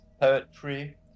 poetry